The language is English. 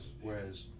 whereas